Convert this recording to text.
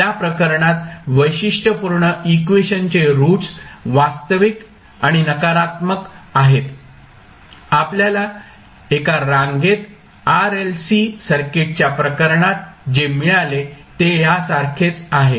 त्या प्रकरणात वैशिष्ट्यपूर्ण इक्वेशनचे रूट्स वास्तविक आणि नकारात्मक आहेत आपल्याला एका रांगेत RLC सर्किटच्या प्रकरणात जे मिळाले ते ह्या सारखेच आहे